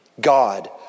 God